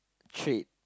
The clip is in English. trait